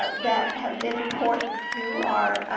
ah that have been important to our